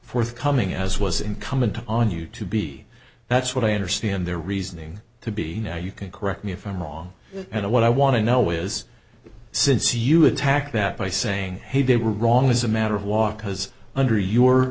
forthcoming as was incumbent on you to be that's what i understand their reasoning to be you can correct me if i'm wrong and what i want to know is since you attack that by saying hey they were wrong as a matter of walk because under your